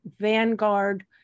Vanguard